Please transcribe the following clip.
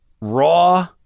raw